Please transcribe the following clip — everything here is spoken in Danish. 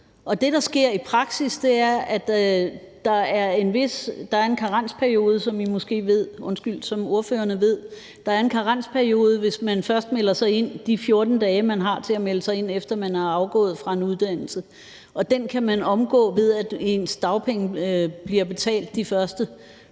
Det, der sker i praksis, er, at der er en karensperiode, som ordførerne måske ved, hvis man først melder sig ind de 14 dage, man har til at melde sig ind, efter at man er afgået fra en uddannelse, og den kan man omgå, ved at ens dagpenge bliver betalt den første